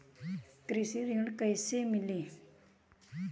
कृषि ऋण कैसे मिली?